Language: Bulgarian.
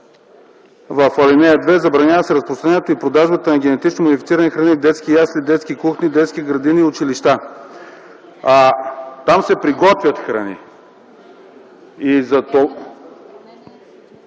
в ал. 2: забранява се разпространението и продажбата на генетично модифицирани храни в детски ясли, детски кухни, детски градини и училища. Там се приготвят храни. ДОКЛАДЧИК